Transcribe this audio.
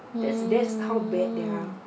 mm